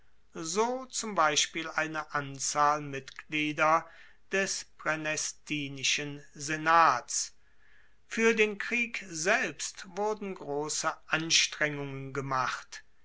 so zum beispiel eine anzahl mitglieder des praenestinischen senats fuer den krieg selbst wurden grosse anstrengungen gemacht